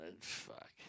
Fuck